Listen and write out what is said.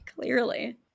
Clearly